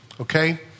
okay